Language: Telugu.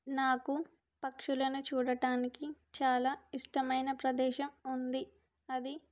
నాకు పక్షులను చూడటానికి చాలా ఇష్టమైన ప్రదేశం ఉంది అది